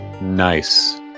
Nice